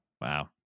wow